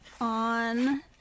on